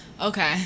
Okay